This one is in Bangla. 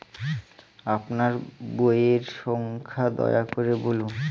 আপনার বইয়ের সংখ্যা দয়া করে বলুন?